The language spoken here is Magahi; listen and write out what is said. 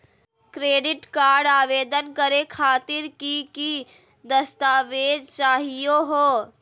क्रेडिट कार्ड आवेदन करे खातिर की की दस्तावेज चाहीयो हो?